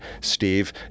Steve